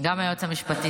גם היועץ המשפטי.